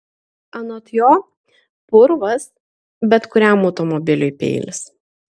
anot jo purvas bet kuriam automobiliui peilis